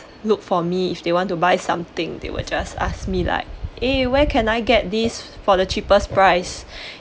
look for me if they want to buy something they will just ask me like eh where can I get this for the cheapest price